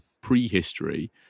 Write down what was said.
prehistory